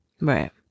right